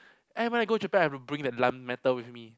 and when I go to Japan I have to bring the metal with me